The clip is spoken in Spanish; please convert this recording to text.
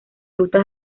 rutas